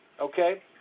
Okay